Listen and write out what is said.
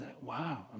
wow